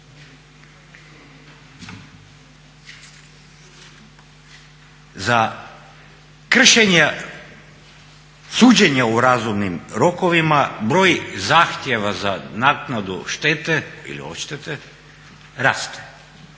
Za kršenje suđenja u razumnim rokovima broj zahtjeva za naknadu štete ili odštete raste,